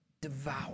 devour